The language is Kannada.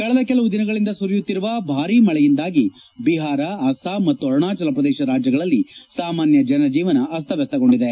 ಕಳೆದ ಪಲವು ದಿನಗಳಿಂದ ಸುರಿಯುತ್ತಿರುವ ಭಾರಿ ಮಳೆಯಿಂದಾಗಿ ಬಿಹಾರ್ ಅಸ್ಲಾಂ ಮತ್ತು ಅರುಣಾಚಲ ಪ್ರದೇಶ ರಾಜ್ಯಗಳಲ್ಲಿ ಸಾಮಾನ್ನ ಜನಜೀವನ ಅಸ್ತವ್ನಸ್ತಗೊಂಡಿದೆ